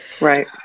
Right